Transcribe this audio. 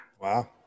Wow